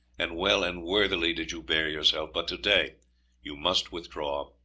and well and worthily did you bear yourself, but to-day you must withdraw.